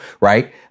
right